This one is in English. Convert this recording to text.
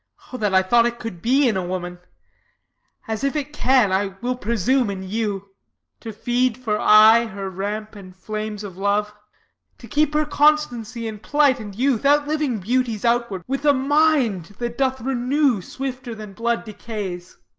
o that i thought it could be in a woman as, if it can, i will presume in you to feed for aye her lamp and flames of love to keep her constancy in plight and youth, outliving beauty's outward, with a mind that doth renew swifter than blood decays!